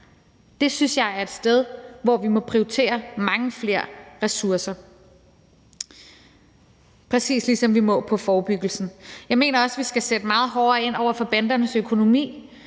Det synes jeg er et sted, hvor vi må prioritere mange flere ressourcer, præcis ligesom vi må på forebyggelsen. Jeg mener også, at vi skal sætte meget hårdere ind over for bandernes økonomi.